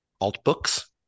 Alt-books